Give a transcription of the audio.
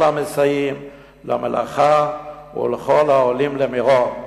המסייעים למלאכה ולכל העולים למירון.